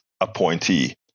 appointee